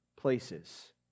places